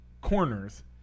corners